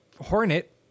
hornet